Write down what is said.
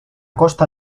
costa